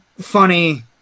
funny